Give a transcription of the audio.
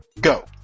Go